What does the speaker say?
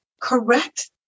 correct